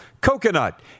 coconut